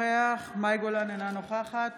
אינו נוכח מאי גולן,